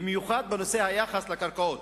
במיוחד בנושא היחס לקרקעות,